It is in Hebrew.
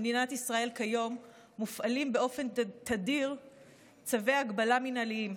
במדינת ישראל כיום מופעלים באופן תדיר צווי הגבלה מינהליים.